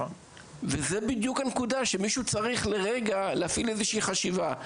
זו בדיוק הנקודה מישהו צריך להפעיל איזושהי חשיבה,